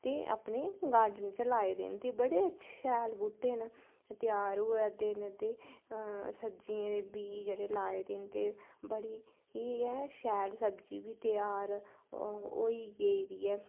तो अपने गार्डन च लाए दे न ते बडे़ शैल बूह्टे न त्यार होआ दे न ते सब्जियें दे बीऽ जेह्डे़ लाए दे न ते बड़ी गै शैल सब्जी गै त्यार होई गेदी ऐ